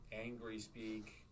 angry-speak